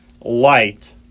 light